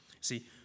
See